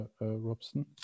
Robson